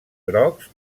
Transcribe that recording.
grocs